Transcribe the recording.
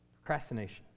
Procrastination